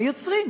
היוצרים.